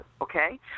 okay